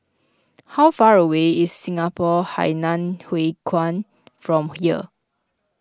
how far away is Singapore Hainan Hwee Kuan from here